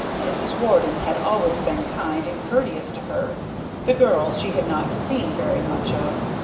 mrs. warden had always been kind and courteous to her the girls she had not seen very much of,